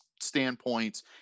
Standpoints